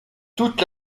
toute